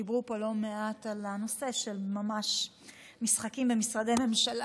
דיברו פה לא מעט על הנושא של ממש משחקים במשרדי ממשלה,